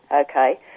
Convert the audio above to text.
okay